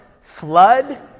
flood